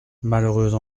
malheureuses